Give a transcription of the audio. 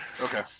Okay